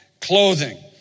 clothing